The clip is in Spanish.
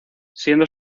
siendo